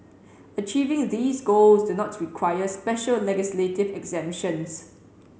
achieving these goals do not require special legislative exemptions